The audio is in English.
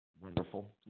wonderful